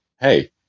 hey